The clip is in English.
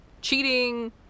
cheating